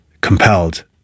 compelled